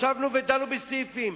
ישבנו ודנו בסעיפים.